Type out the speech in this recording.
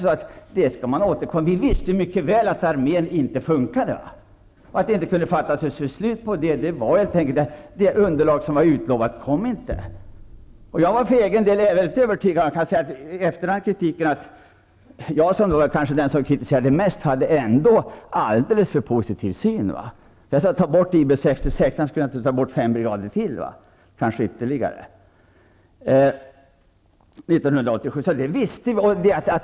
Vi visste nämligen mycket väl att armén inte fungerade. Att det inte gick att fatta beslut i det sammanhanget berodde helt enkelt på att utlovat underlag inte kom. Beträffande kritiken vill jag säga följande. Trots att jag nog var den som kom med mest kritik hade jag en alldeles för positiv inställning. Jag sade: Ta bort IB 66. Nu vet vi att ännu mer måste bort.